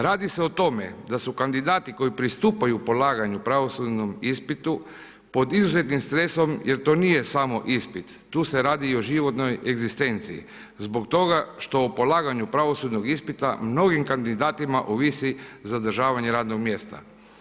Radi se o tome, da su kandidati koji pristupaju polaganju pravosudnom ispitu, pod izuzetnim stresom, jer to nije samo ispit, tu se radi i o životnoj egzistenciji, zbog toga što o polaganju pravosudnog ispita, mnogim kandidatima, ovisi zadržavanje radnog mjesta.